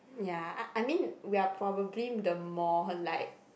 ya uh I mean we are probably the more like